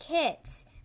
kits